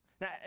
Now